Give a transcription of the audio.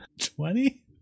Twenty